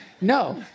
No